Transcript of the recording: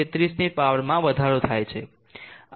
33 ની પાવરમાં વધારો થાય છે